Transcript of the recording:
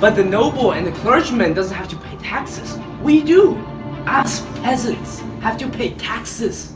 but the noble and the clergyman doesn't have to pay taxes we dous ah so peasants have to pay taxes